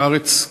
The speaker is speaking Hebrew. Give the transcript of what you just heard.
הארץ,